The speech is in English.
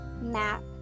map